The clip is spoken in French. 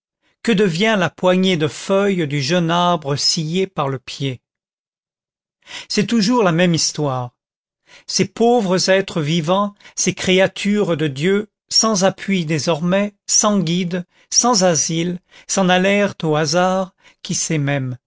que devient la poignée de feuilles du jeune arbre scié par le pied c'est toujours la même histoire ces pauvres êtres vivants ces créatures de dieu sans appui désormais sans guide sans asile s'en allèrent au hasard qui sait même